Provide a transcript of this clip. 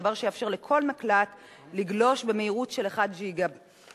דבר שיאפשר לכל מקלט לגלוש במהירות של 1 ג'יגה-בייט.